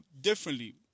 differently